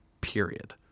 period